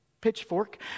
pitchfork